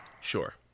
Sure